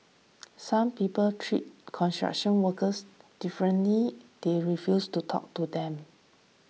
some people treat construction workers differently they refuse to talk to them